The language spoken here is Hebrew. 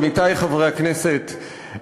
עמיתי חברי הכנסת,